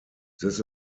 this